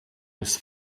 this